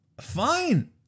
Fine